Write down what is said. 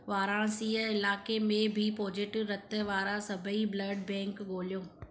वाराणसी इलाइक़े में B positive रत वारा सभई ब्लड बैंक ॻोल्हियो